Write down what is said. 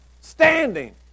Standing